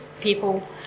people